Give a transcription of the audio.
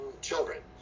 children